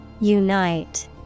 Unite